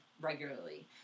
regularly